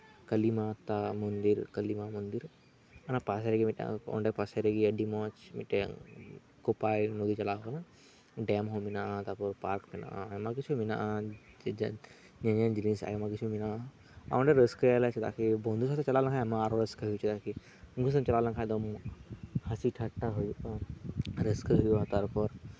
ᱠᱟᱞᱤᱢᱟᱛᱟ ᱢᱚᱱᱫᱤᱨ ᱠᱟᱞᱤᱢᱟ ᱢᱚᱱᱫᱤᱨ ᱚᱱᱟ ᱯᱟᱥᱮ ᱨᱮᱜᱮ ᱟᱹᱰᱤ ᱢᱚᱸᱡᱽ ᱢᱤᱫᱴᱮᱱ ᱠᱳᱯᱟᱭ ᱱᱚᱫᱤ ᱪᱟᱞᱟᱣ ᱟᱠᱟᱱᱟ ᱰᱮᱢ ᱦᱚᱸ ᱢᱮᱱᱟᱜᱼᱟ ᱛᱟᱨᱯᱚᱨ ᱯᱟᱨᱠ ᱦᱚᱸ ᱢᱮᱱᱟᱜᱼᱟ ᱟᱭᱢᱟ ᱠᱤᱪᱷᱩ ᱢᱮᱱᱟᱜᱼᱟ ᱧᱮᱧᱮᱞ ᱡᱤᱱᱤᱥ ᱚᱸᱰᱮ ᱨᱟᱹᱥᱠᱟᱹᱭ ᱟᱞᱮ ᱪᱮᱫᱟᱜ ᱠᱤ ᱵᱚᱱᱫᱷᱩ ᱥᱟᱶᱛᱮ ᱪᱟᱞᱟᱣ ᱞᱮᱱᱠᱷᱟᱱ ᱟᱢᱫᱟ ᱨᱟᱹᱥᱠᱟᱹ ᱦᱩᱭᱩᱜᱼᱟ ᱟᱨ ᱠᱤ ᱵᱚᱱᱫᱷᱩ ᱥᱟᱶᱛᱮᱢ ᱪᱟᱞᱟᱣ ᱞᱮᱱᱠᱷᱟᱱ ᱦᱟᱸᱥᱤ ᱴᱷᱟᱴᱴᱟ ᱦᱩᱭᱩᱜᱼᱟ ᱨᱟᱹᱥᱠᱟᱹ ᱦᱩᱭᱩᱜᱼᱟ ᱛᱟᱨᱯᱚᱨ